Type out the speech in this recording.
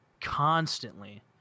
constantly